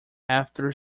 after